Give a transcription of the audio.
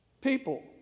people